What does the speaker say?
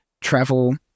travel